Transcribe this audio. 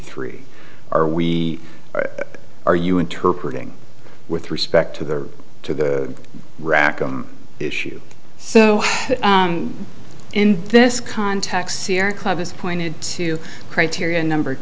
three are we are you interpret ing with respect to the to the rock issue so in this context sierra club is pointed to criteria number